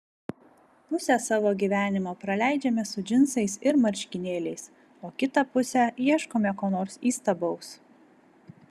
pusę savo gyvenimo praleidžiame su džinsais ir marškinėliais o kitą pusę ieškome ko nors įstabaus